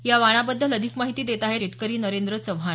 या वाणाबद्दल अधिक माहिती देत आहेत शेतकरी नरेंद्र चव्हाण